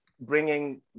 bringing